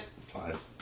Five